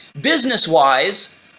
business-wise